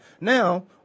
now